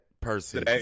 person